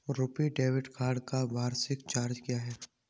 RuPay debit card का वार्षिक charge क्या है?